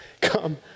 come